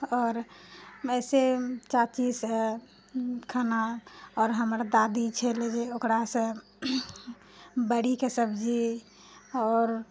आओर वइसे चाचीसँ खाना आओर हमर दादी छलै जे ओकरासँ बड़ीके सब्जी आओर